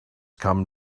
come